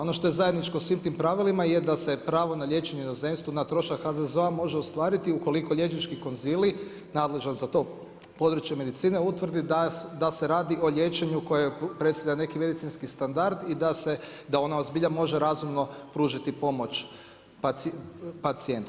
Ono što je zajedničko svim tim pravilima je da se pravo na liječenje u inozemstvu na trošak HZZO-a može ostvariti ukoliko liječnički konzilij nadležan za to područje medicine utvrdi da se radi o liječenju koje predstavlja neki medicinski standard i da se, da ona zbilja može razumno pružiti pomoć pacijentu.